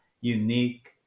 unique